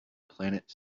planet